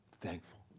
thankful